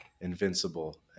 invincible